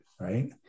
right